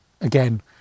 Again